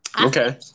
Okay